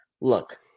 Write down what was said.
Look